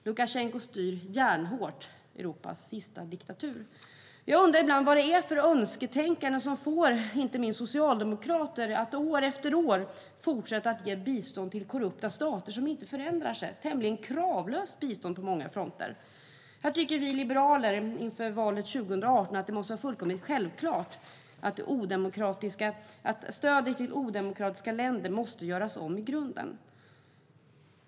Lukasjenko styr järnhårt Europas sista diktatur. Jag undrar ibland vad det är för önsketänkande som får inte minst socialdemokrater att år efter år fortsätta att ge bistånd till korrupta stater som inte förändrar sig. Det är ett tämligen kravlöst bistånd på många fronter. Här tycker vi liberaler inför valet 2018 att det måste vara fullkomligt självklart att stödet till odemokratiska länder måste göras om i grunden.